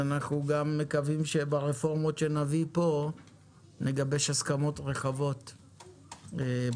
אנחנו מקווים שגם ברפורמות שנביא פה נגבש הסכמות רחבות בהמשך.